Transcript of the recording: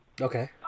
Okay